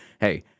hey